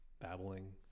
babbling